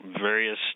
various